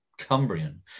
cumbrian